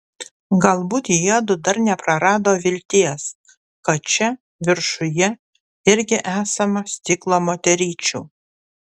galbūt jiedu dar neprarado vilties kad čia viršuje irgi esama stiklo moteryčių